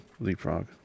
leapfrog